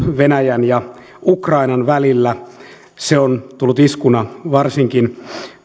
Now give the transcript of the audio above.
venäjän ja ukrainan välillä se on tullut iskuna varsinkin